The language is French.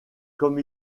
comme